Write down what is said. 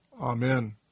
Amen